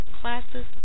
classes